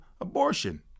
abortion